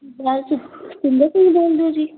ਬੋਲਦੇ ਜੀ